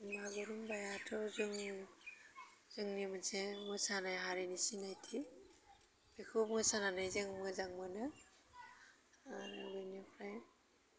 बागुरुम्बायाथ' जों जोंनि मोनसे मोसानाय हारिनि सिनायथि बेखौ मोसानानै जों मोजां मोनो आरो बेनिफ्राय